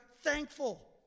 thankful